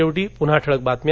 शेवटी पन्हा ठळक बातम्या